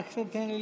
אוקיי.